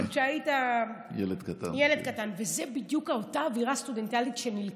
זה עוד כשהיית, ילד קטן, כן.